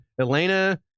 Elena